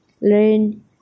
learn